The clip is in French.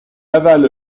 avale